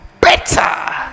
better